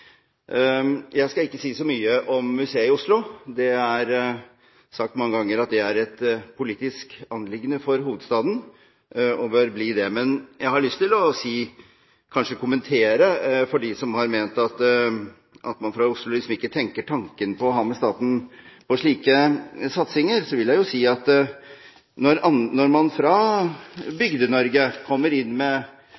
Jeg skal ikke si så mye om museet i Oslo. Det er sagt mange ganger at det er et politisk anliggende for hovedstaden, og bør forbli det. Til dem som har ment at man fra Oslo ikke tenker tanken på å ha med staten på slike satsinger, vil jeg si at når man fra